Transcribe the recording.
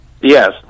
Yes